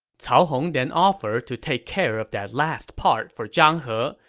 cao hong then offered to take care of that last part for zhang he,